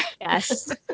yes